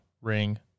ring